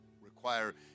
require